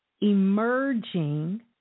emerging